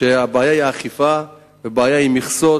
שהבעיה היא אכיפה והבעיה היא מכסות,